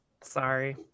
Sorry